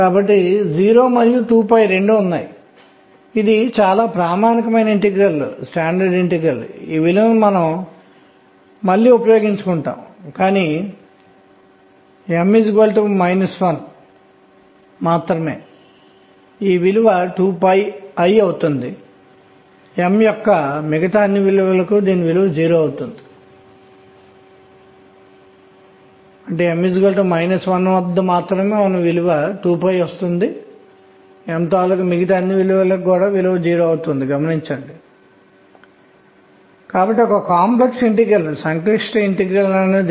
కాబట్టి ఆవర్తనం పీరియాడిసిటీ లేదా వివిధ స్థాయిలు ఎలా నిర్మించబడతాయో చూడవచ్చు మరియు ఆవర్తనాన్నిపీరియాడిసిటీని నిర్మించే విధానాన్ని కూడా గమనించవచ్చు మరియు అఫ్బౌ సూత్రం అని పిలువబడే దానితో ముందుకు రావడం జరిగింది ఇది n l కోసం పరమాణు స్థాయిలు పూరించే క్రమం అనేది పెరుగుతున్న సంఖ్యలో పూరించబడుతుంది అని పేర్కొంది